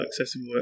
accessible